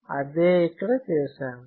అదే ఇక్కడ చేశాము